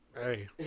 Hey